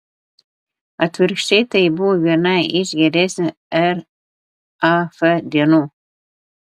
atvirkščiai tai buvo viena iš geresnių raf dienų